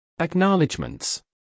Acknowledgements